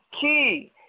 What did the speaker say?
key